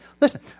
Listen